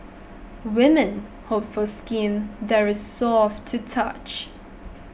women hope for skin that is soft to touch